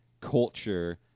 culture